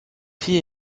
fille